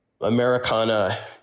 Americana